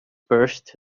burst